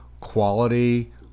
quality